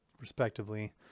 respectively